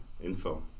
info